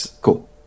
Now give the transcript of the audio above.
cool